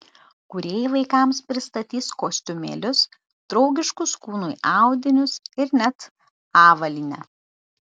kūrėjai vaikams pristatys kostiumėlius draugiškus kūnui audinius ir net avalynę